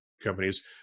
companies